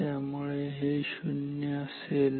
त्यामुळे हे 0 असेल